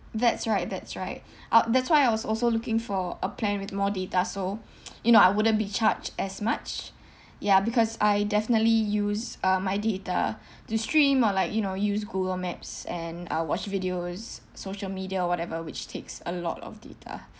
that's right that's right uh that's why I was also looking for a plan with more data so you know I wouldn't be charged as much ya because I definitely use uh my data to stream or like you know use google maps and uh watch videos social media whatever which takes a lot of data